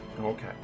Okay